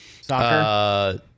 Soccer